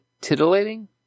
titillating